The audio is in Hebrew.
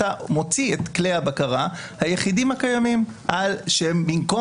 אתה מוציא את כלי הבקרה היחידים הקיימים שבמקום